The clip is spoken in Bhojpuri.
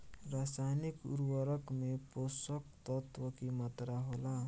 रसायनिक उर्वरक में पोषक तत्व की मात्रा होला?